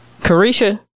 Carisha